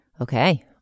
Okay